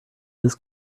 this